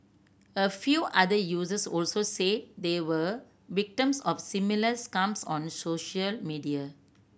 a few other users also said they were victims of similar scams on social media